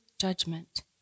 judgment